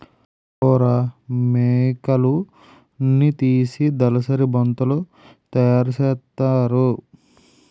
angora మేకలున్నితీసి దలసరి బొంతలు తయారసేస్తారు